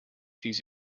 these